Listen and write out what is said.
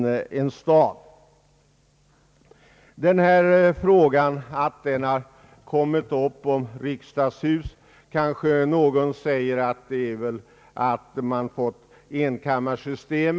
Det finns nog de som anser att frågan om ett nytt riksdagshus blivit aktuell genom övergången till enkammarsystem.